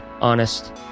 honest